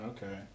Okay